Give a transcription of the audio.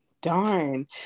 darn